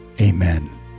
amen